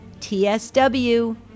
tsw